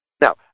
Now